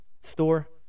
store